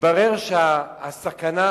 התברר שהסכנה,